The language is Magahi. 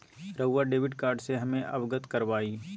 रहुआ डेबिट कार्ड से हमें अवगत करवाआई?